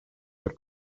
but